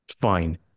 Fine